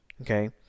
Okay